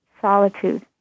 solitude